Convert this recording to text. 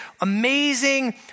amazing